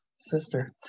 sister